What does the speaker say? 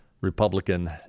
Republican